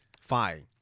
fine